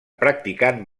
practicant